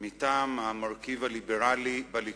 מטעם המרכיב הליברלי בליכוד.